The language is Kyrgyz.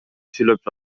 сүйлөп